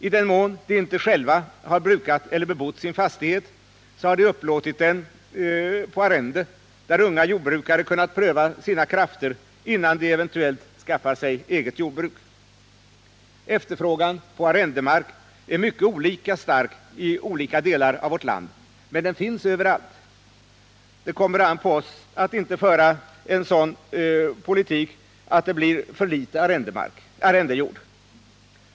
I den mån de inte själva har brukat eller bebott sin fastighet, har de upplåtit den på arrende, där unga jordbrukare kunnat pröva sina krafter, innan de eventuellt skaffar sig eget. Efterfrågan på arrendejord är mycket olika stark i olika delar av vårt land, men den finns överallt. Det kommer an på oss här i riksdagen att inte föra en sådan politik att det blir för litet därav.